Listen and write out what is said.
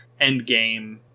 endgame